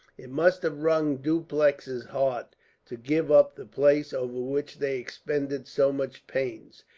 it must have wrung dupleix's heart to give up the place over which they expended so much pains,